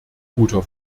guter